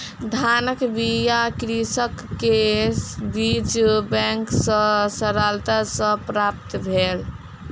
धानक बीया कृषक के बीज बैंक सॅ सरलता सॅ प्राप्त भेल